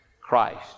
Christ